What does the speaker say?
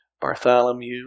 Bartholomew